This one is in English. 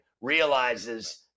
realizes